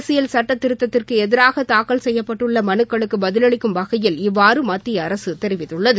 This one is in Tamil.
அரசியல் சுட்டத்திருத்தத்திற்கு எதிராக தாக்கல் செய்யப்பட்டுள்ள மனுக்களுக்கு பதிலளிக்கும் வகையில் இவ்வாறு மத்திய அரசு தெரிவித்துள்ளது